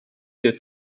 der